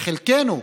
חלקנו,